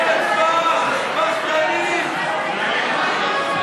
בתחום המדיני-ביטחוני,